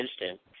instant